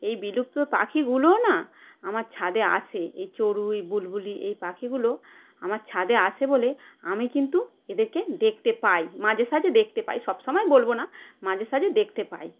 এই বিলুপ্ত পাখিগুলো না আমার ছাদে আসে এই চড়ুই বুলবুলি এই পাখিগুলো আমার ছাদে আসে বলে আমি কিন্তু এদেরকে দেখতে পাই মাঝেসাঝে দেখতে পাই সব সময় বলব না মাঝেসাঝে দেখতে পাই